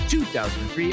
2003